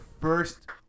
first